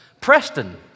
Preston